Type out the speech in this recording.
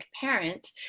parent